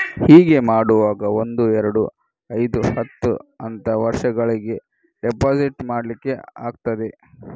ಹೀಗೆ ಮಾಡುವಾಗ ಒಂದು, ಎರಡು, ಐದು, ಹತ್ತು ಅಂತ ವರ್ಷಗಳಿಗೆ ಡೆಪಾಸಿಟ್ ಮಾಡ್ಲಿಕ್ಕೆ ಆಗ್ತದೆ